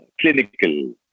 clinical